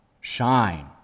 shine